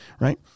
Right